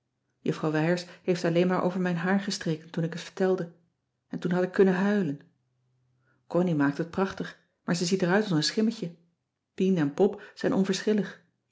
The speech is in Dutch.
juffrouw wijers heeft alleen maar over mijn haar gestreken toen ik het vertelde en toen had ik kunnen huilen connie maakt het prachtig maar ze ziet eruit als een schimmetje pien en pop zijn